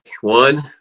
one